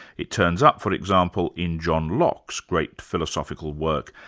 it turns up, for example, in john locke's great philosophical work,